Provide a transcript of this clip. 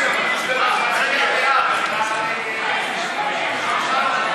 היועץ המשפטי לממשלה (מינוי וכהונה),